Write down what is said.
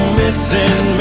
missing